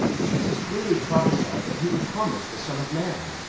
jesus clearly prophesied that he would come as the son of man,